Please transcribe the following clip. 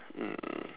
mm